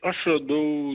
aš radau